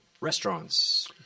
restaurants